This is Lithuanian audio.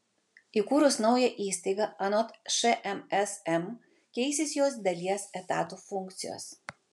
įkūrus naują įstaigą anot šmsm keisis jos dalies etatų funkcijos